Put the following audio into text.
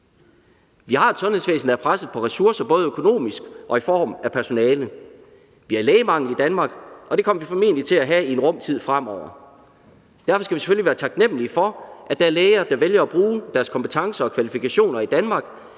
Vi har et sundhedsvæsen, der er presset på ressourcer, og det gælder både økonomiske ressourcer og personaleressourcer. Vi har lægemangel i Danmark, og det kommer vi formentlig til at have i en rum tid fremover. Derfor skal vi selvfølgelig være taknemmelige for, at der er læger, der vælger at bruge deres kompetencer og kvalifikationer i Danmark,